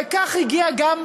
וכך הגיע גם,